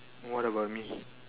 what about me